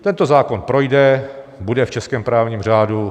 Tento zákon projde, bude v českém právním řádu.